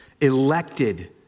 elected